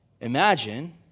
Imagine